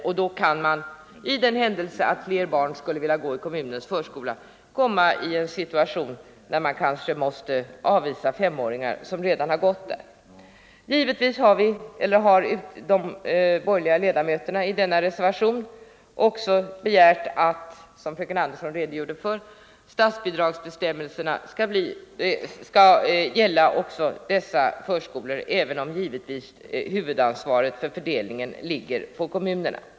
För den händelse att antalet sexåringar som vill gå i förskolan sedan ökar, kan man då komma i en situation, där barn vilka som femåringar redan går i förskolan måste avvisas. Givetvis har de borgerliga utskottsledamöter som står bakom reservationen 1 begärt att, som fröken Andersson redogjort för, statsbidragsbestämmelserna skall utsträckas att också gälla dessa förskolor. Huvudansvaret för fördelningen skall naturligtvis dock fortfarande ligga på kommunerna.